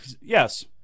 Yes